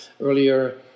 earlier